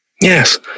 Yes